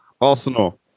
Arsenal